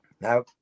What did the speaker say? Now